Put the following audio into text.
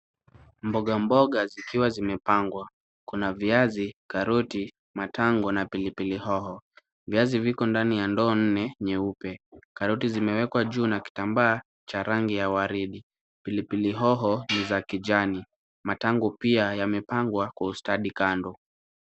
Mboga mboga zikiwa zimepangwa, kuna viazi, karoti, matango na pilipili hoho, viazi ziko ndani ya ndoo nne nyeupe, karoti zimewekwa juu na kitambaa cha rangi ya waridi, pilipili hoho ni za kijani, matango pia yamepangwa kwa ustadi kando.